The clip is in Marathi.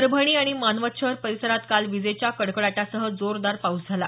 परभणी आणि मानवत शहर परिसरात काल विजेच्या कडकडाटासह जोरदार पाऊस झाला